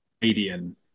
Canadian